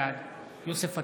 בעד יוסף עטאונה,